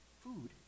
food